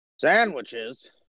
Sandwiches